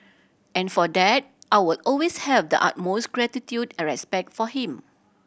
and for that I will always have the utmost gratitude and respect for him